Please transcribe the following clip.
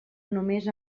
només